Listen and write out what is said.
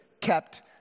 kept